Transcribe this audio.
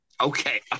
okay